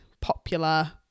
popular